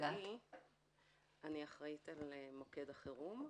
ואני אחראית על מוקד החירום.